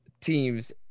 teams